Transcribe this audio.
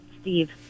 Steve